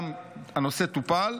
הנושא טופל,